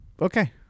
Okay